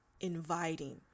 inviting